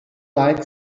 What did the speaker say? like